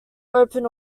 open